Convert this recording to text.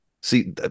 see